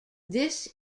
this